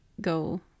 go